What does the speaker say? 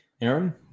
Aaron